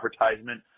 advertisement